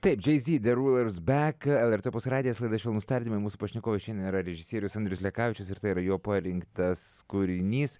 taip jay z the rulers back lrt opus radijas laida švelnūs tardymai mūsų pašnekovas šiandien yra režisierius andrius lekavičius ir tai yra jo parinktas kūrinys